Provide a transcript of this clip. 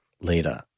leader